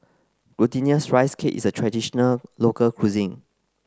glutinous rice cake is a traditional local cuisine